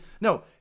no